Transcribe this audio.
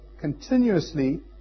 continuously